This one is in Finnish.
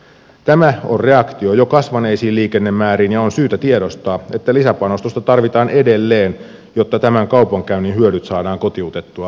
tämä on reaktio jo kasvaneisiin liikennemääriin ja on syytä tiedostaa että lisäpanostusta tarvitaan edelleen jotta tämän kaupankäynnin hyödyt saadaan kotiutettua